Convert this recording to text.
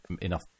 enough